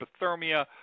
hypothermia